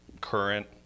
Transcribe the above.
current